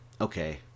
okay